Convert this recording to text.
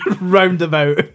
Roundabout